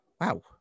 Wow